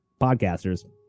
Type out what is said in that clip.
podcasters